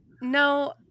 No